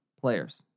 players